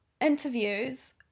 interviews